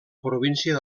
província